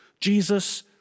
Jesus